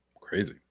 crazy